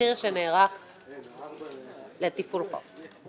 תמחיר שנערך לתפעול חוף.